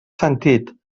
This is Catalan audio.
sentit